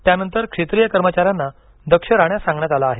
त्यानंतर क्षेत्रिय कर्मचाऱ्यांना दक्ष राहण्यास सांगण्यात आलं आहे